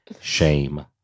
Shame